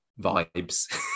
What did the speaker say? vibes